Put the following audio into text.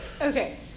Okay